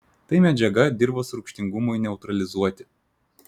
tai medžiaga dirvos rūgštingumui neutralizuoti